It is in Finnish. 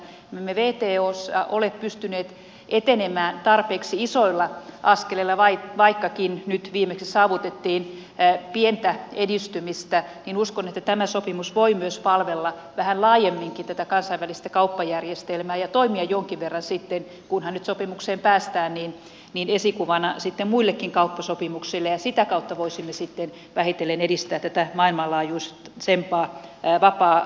kun emme wtossa ole pystyneet etenemään tarpeeksi isoilla askeleilla vaikkakin nyt viimeksi saavutettiin pientä edistymistä niin uskon että tämä sopimus voi myös palvella vähän laajemminkin tätä kansainvälistä kauppajärjestelmää ja toimia jonkin verran sitten kunhan nyt sopimukseen päästään esikuvana muillekin kauppasopimuksille ja sitä kautta voisimme sitten vähitellen edistää tätä maailmanlaajuisempaa vapaakauppaa